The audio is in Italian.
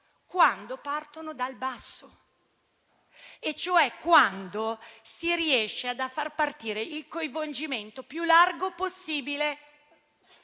quando partono dal basso, cioè quando si riesce a far partire un coinvolgimento il più ampio possibile.